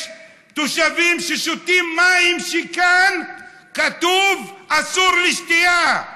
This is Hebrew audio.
יש תושבים ששותים מים, שכאן כתוב: אסור לשתייה,